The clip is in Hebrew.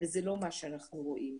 וזה לא מה שאנחנו רואים.